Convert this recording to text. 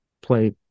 play